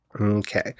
Okay